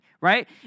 right